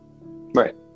Right